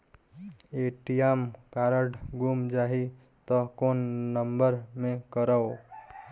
ATM card गुम जाही त कौन नम्बर मे करव?